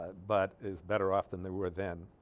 but is better off than they were then